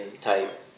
type